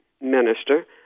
minister